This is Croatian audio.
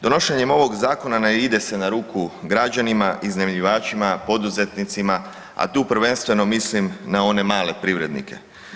Donošenjem ovog Zakona ne ide se na ruku građanima, iznajmljivačima, poduzetnicima, a tu prvenstvo mislim na one male privrednike.